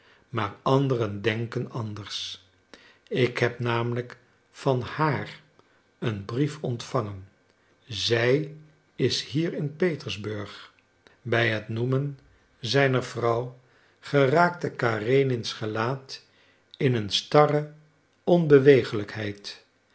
maar anderen denken anders ik heb namelijk van haar een brief ontvangen zij is hier in petersburg bij het noemen zijner vrouw geraakte karenins gelaat in een starre onbewegelijkheid